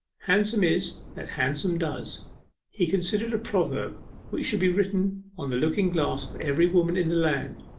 handsome is that handsome does he considered a proverb which should be written on the looking-glass of every woman in the land.